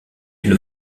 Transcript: une